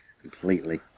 completely